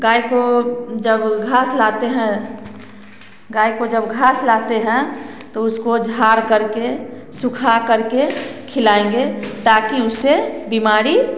गाय को जब घास लाते हैं गाय को घास लाते हैं तो उसको झाड़कर के सुखा करके खिलाएँगे ताकि उसे बीमारी